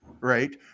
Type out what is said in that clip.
Right